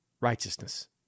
righteousness